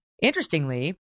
interestingly